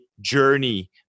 journey